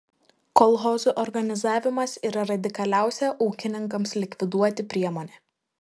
kolchozų organizavimas yra radikaliausia ūkininkams likviduoti priemonė